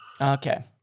Okay